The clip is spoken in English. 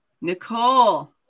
Nicole